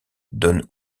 donne